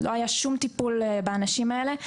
לא היה טיפול באנשים האלה.